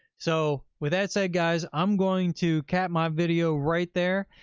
so with that said, guys, i'm going to cap my video right there.